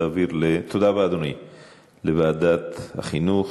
להעביר לוועדת החינוך.